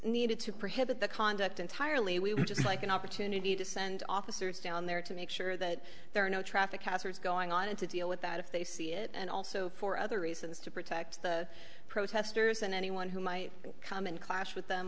needed to prohibit the conduct entirely we would just like an opportunity to send officers down there to make sure that there are no traffic hazards going on and to deal with that if they see it and also for other reasons to protect the protesters and anyone who might come and clash with them